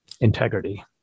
integrity